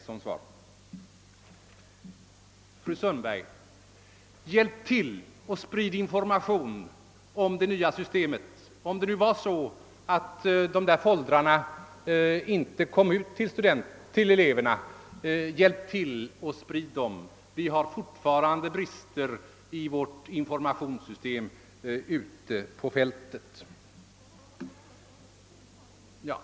Fru Sundberg — hjälp till och sprid information om det nya systemet, om det nu är så att dessa foldrar inte kommit ut till eleverna! Vi har fortfarande brister i vårt informationssystem ute på fältet.